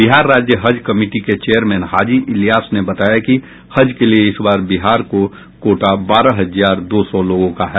बिहार राज्य हज कमिटी के चेयरमैन हाजी इलियास ने बताया कि हज के लिये इस बार बिहार को कोटा बारह हजार दो सौ लोगों का है